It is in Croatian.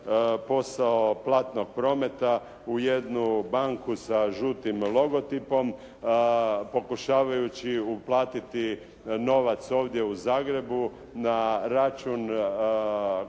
posao platnog prometa u jednu banku sa žutim logotipom pokušavajući uplatiti novac ovdje u Zagrebu na račun